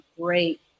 great